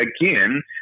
Again